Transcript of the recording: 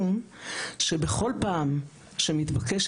אנחנו נמצאים במצב שבו במדינת ישראל מוכרז מצב חירום